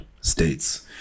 states